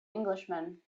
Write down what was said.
englishman